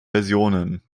versionen